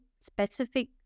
specific